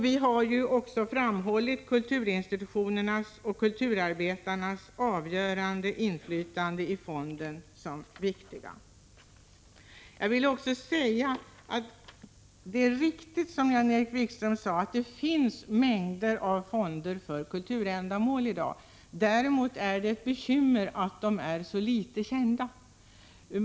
Vi har också framhållit kulturinstitutionernas och kulturarbetarnas avgörande inflytande i fonden som det viktiga. Det är riktigt, som Jan-Erik Wikström sade, att det i dag finns mängder av fonder för kulturändamål. Det är dock ett bekymmer att dessa fonder är så litet kända.